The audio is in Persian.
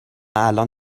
الان